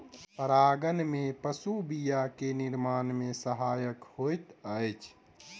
परागन में पशु बीया के निर्माण में सहायक होइत अछि